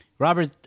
Robert